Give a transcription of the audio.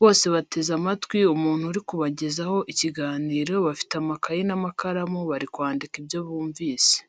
bose bateze amatwi umuntu uri kubagezaho ikiganiro bafite amakaye n'amakaramu barimo kwandika ibyo bumvise.